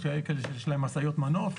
יש כאלה שיש להם משאיות מנוף.